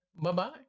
Bye-bye